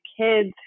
kids